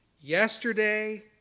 yesterday